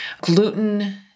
gluten